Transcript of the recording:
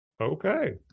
Okay